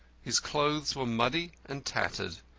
his clothes were muddy and tattered,